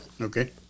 Okay